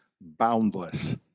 boundless